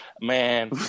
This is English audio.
man